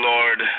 Lord